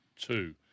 two